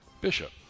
Bishop